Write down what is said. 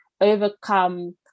overcome